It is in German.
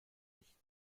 sich